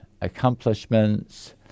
accomplishments